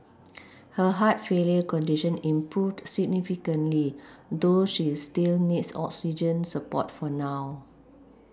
her heart failure condition improved significantly though she is still needs oxygen support for now